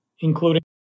including